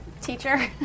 Teacher